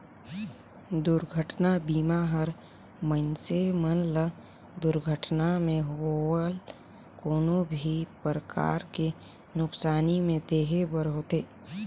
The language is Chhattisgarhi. दुरघटना बीमा हर मइनसे मन ल दुरघटना मे होवल कोनो भी परकार के नुकसानी में देहे बर होथे